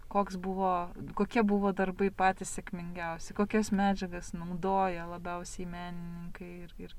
koks buvo kokie buvo darbai patys sėkmingiausi kokias medžiagas naudoja labiausiai menininkai ir ir